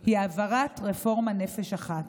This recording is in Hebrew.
הוא העברת רפורמת נפש אחת.